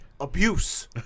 abuse